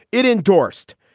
it endorsed,